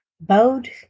bowed